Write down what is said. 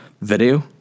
video